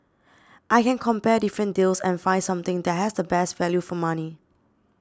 I can compare different deals and find something that has the best value for money